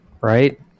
right